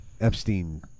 Epstein